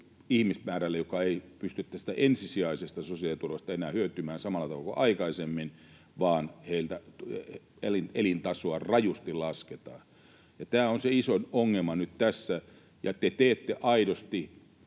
ihmismäärälle, joka ei pysty tästä ensisijaisesta sosiaaliturvasta enää hyötymään samalla tavalla kuin aikaisemmin, vaan heiltä elintasoa rajusti lasketaan. Tämä on se isoin ongelma nyt tässä, ja te teette aidosti